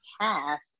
cast